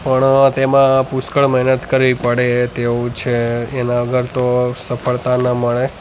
પણ અ તેમાં પુષ્કળ મહેનત કરવી પડે તેવું છે એના વગર તો સફળતા ન મળે